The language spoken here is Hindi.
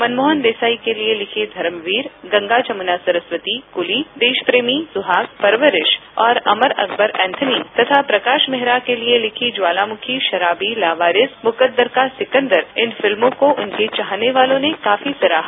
मनमोहन देसाई के लिए लिखी धर्मवीर गंगा जमुना सरस्वती कुली देशप्रेमी सुहाग परवरिश और अमर अकबर एंथनी तथा प्रकाश मेहरा के लिए लिखी ज्वालामुखी शराबी लावारिस मुक्कदर का सिकन्दर इन फिल्मों को उनके चाहने वालों ने काफी सराहा